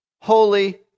holy